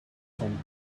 some